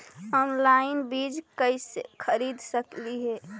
Online बीज कईसे खरीद सकली हे?